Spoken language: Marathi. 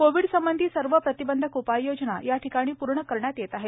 कोविडसंबंधी सर्व प्रतिबंधक उपाययोजना या ठिकाणी पूर्ण करण्यात येत आहेत